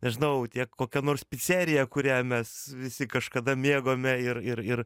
nežinau tiek kokia nors picerija kurią mes visi kažkada mėgome ir ir ir